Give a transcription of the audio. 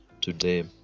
today